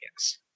yes